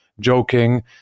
joking